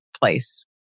place